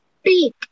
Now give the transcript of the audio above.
speak